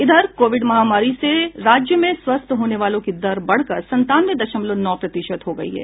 इधर कोविड महामारी से राज्य में स्वस्थ होने वालों की दर बढ़कर संतानवे दशमलव नौ प्रतिशत हो गयी है